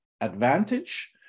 advantage